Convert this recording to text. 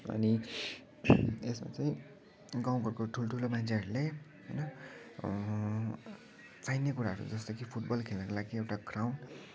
अनि यसमा चाहिँ गाउँ घरको ठुलठुला मान्छेहरूले होइन चाहिने कुराहरू जस्तो कि फुटबल खेल्नको लागि एउटा ग्राउन्ड